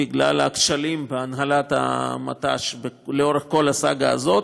בגלל הכשלים בהנהלת המט"ש לאורך כל הסאגה הזאת.